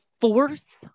force